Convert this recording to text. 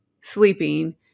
sleeping